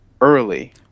early